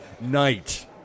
night